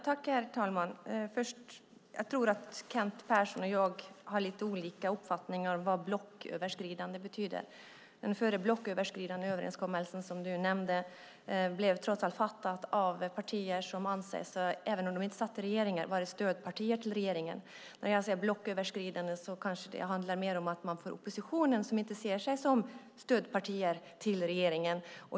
Herr talman! Jag tror att Kent Persson och jag har lite olika uppfattningar om vad "blocköverskridande" betyder. Den "blocköverskridande" överenskommelse som du nämnde ingicks trots allt mellan partier som satt i regeringsställning eller ansågs vara stödpartier till regeringen. När jag säger "blocköverskridande" handlar det mer om oppositionen, som inte ser sig som stödpartier till regeringen.